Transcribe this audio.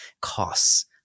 costs